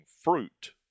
fruit